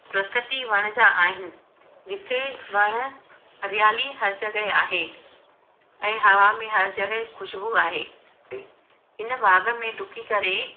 प्रकृति वण जा आहिनि जिथे वण हरियाली हर जॻहि आहे ऐं हवा में हर जॻहि ख़ूशबु आहे इन बाग में ॾुकी करे